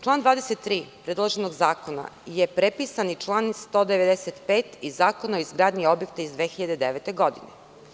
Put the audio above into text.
Član 23. predloženog zakona je prepisani član 195. iz Zakona o izgradnji objekata iz 2009. godine.